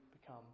become